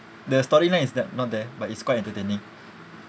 the storyline is that not there but it's quite entertaining